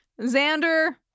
xander